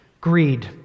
greed